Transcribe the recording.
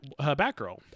Batgirl